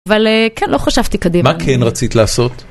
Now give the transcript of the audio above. אבל כן לא חשבתי קדימה. מה כן רצית לעשות?